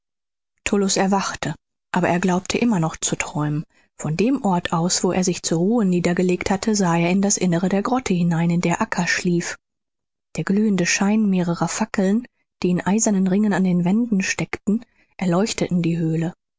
erwachte aber er glaubte immer noch zu träumen von dem platz aus wo er sich zur ruhe niedergelegt hatte sah er in das innere der grotte hinein in der acca schlief der glühende schein mehrerer fackeln die in eisernen ringen an den wänden steckten erleuchtete die höhle